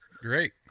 Great